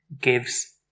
gives